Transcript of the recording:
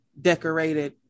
decorated